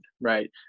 right